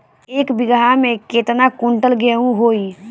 एक बीगहा में केतना कुंटल गेहूं होई?